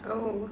oh